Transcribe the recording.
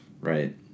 right